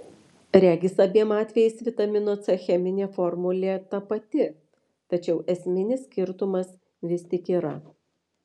regis abiem atvejais vitamino c cheminė formulė ta pati tačiau esminis skirtumas vis tik yra